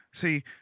See